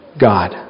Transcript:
God